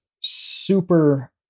super